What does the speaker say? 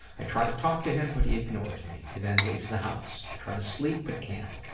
i try to talk to him but he ignores me. he then leaves the house. i try to sleep but can't.